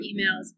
emails